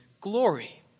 glory